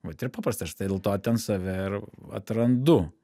vat ir paprasta štai tai dėl to ten save ir atrandu